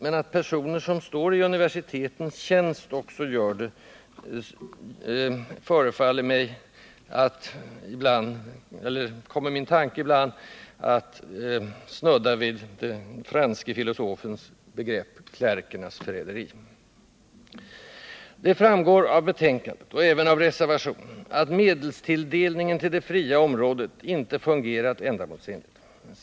Men att personer som är i universitetets tjänst också gör det får mina tankar att snudda vid vad en fransk filosof kallat klerkernas förräderi. Det framgår av betänkandet liksom av reservationen att medelstilldelningen till det fria området inte fungerat ändamålsenligt.